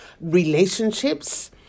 relationships